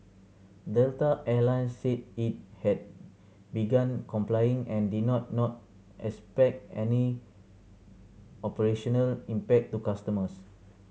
Delta Air Lines said it had begun complying and did not not expect any operational impact to customers